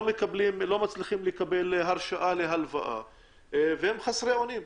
לא מצליחים לקבל הרשאה להלוואה והם חסרי אונים.